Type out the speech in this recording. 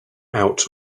out